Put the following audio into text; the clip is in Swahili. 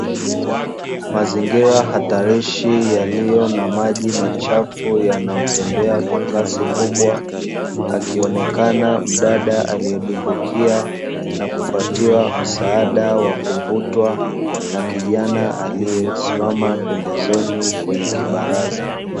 Mazingira hatarishi yaliyo na maji machafu yanayotembea kwa kasi kubwa, akionekana mdada aliyedumbukia na kupatiwa msaada wa kuvutwa na kijana aliyesimama pembezoni kwenye kibaraza.